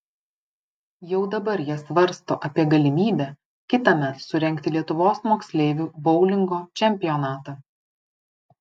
jau dabar jie svarsto apie galimybę kitąmet surengti lietuvos moksleivių boulingo čempionatą